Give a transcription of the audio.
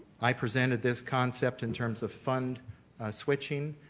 i presented this concept in terms of fund switching,